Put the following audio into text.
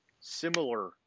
similar